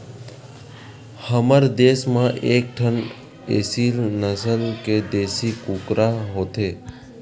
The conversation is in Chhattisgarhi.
हमर देस म एकठन एसील नसल के देसी कुकरा होथे